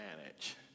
manage